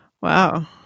wow